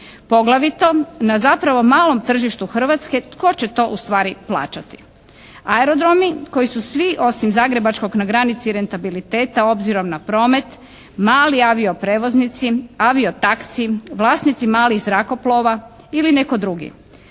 Poglavito na zapravo malom tržištu Hrvatske tko će to ustvari plaćati? Aerodromi koji su svi osim zagrebačkog na granici rentabiliteta obzirom na promet, mali avio prevoznici, avio taksi, vlasnici malih zrakoplova ili netko drugi.